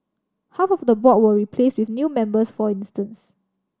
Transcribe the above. half of the board were replaced with new members for instance